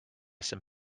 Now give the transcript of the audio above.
some